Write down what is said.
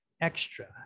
extra